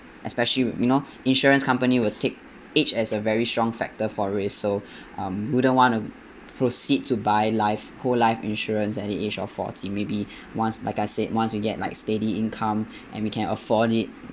especially you know insurance company will take age as a very strong factor for it so um wouldn't want to proceed to buy life whole life insurance at the age of forty maybe once like I said once we get like steady income and we can afford it